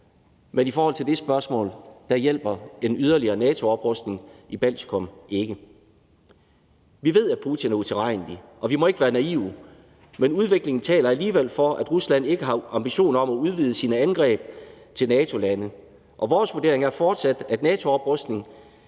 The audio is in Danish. Men i forhold til det spørgsmål hjælper en yderligere NATO-oprustning i Baltikum ikke. Vi ved, at Putin er utilregnelig, og vi må ikke være naive, men udviklingen taler alligevel for, at Rusland ikke har ambitioner om at udvide sine angreb til NATO-lande, og vores vurdering er fortsat, at en NATO-oprustning